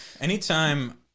Anytime